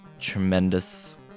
tremendous